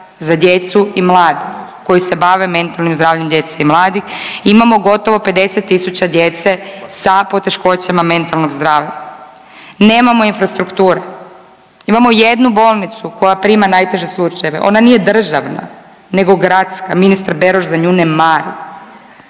za djecu i mlade koji se bave mentalnim zdravljem djece i mladih. Imamo gotovo 50 tisuća djece sa poteškoćama mentalnog zdravlja. Nemamo infrastrukture. Imamo jednu bolnicu koja prima najteže slučajeve, ona nije državna nego gradska, ministar Beroš za nju ne mari.